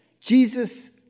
Jesus